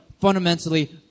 fundamentally